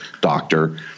doctor